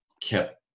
kept